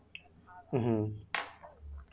mmhmm